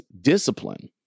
discipline